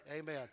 Amen